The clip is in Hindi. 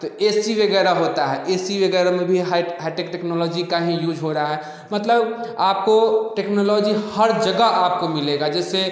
तो ए सी वगैरह होता है ए सी वगैरह में भी हाईट हाईटेक टेक्नोलॉजी का ही यूज हो रहा है मतलब आपको टेक्नोलॉजी हर जगह आपको मिलेगा जैसे